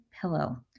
pillow